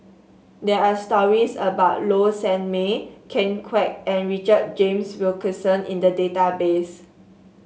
there are stories about Low Sanmay Ken Kwek and Richard James Wilkinson in the database